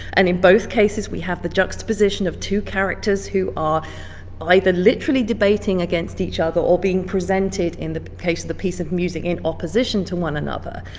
and in both cases we have the juxtaposition of two characters who are either literally debating against each other or being presented, in the case of the piece of music, in opposition to one another.